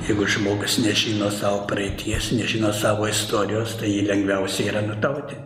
jeigu žmogus nežino savo praeities nežino savo istorijos tai jį lengviausia yra nutautin